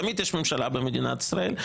תמיד יש ממשלה במדינת ישראל,